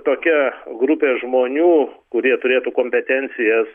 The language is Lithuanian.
tokia grupė žmonių kurie turėtų kompetencijas